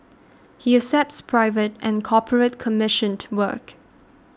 he accepts private and corporate commissioned work